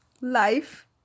life